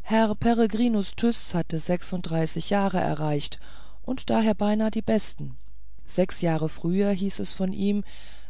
herr peregrinus tyß hatte sechsunddreißig jahre erreicht und daher beinahe die besten sechs jahre früher hieß es von ihm